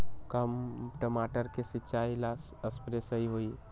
का टमाटर के सिचाई ला सप्रे सही होई?